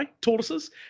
tortoises